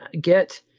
get